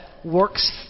works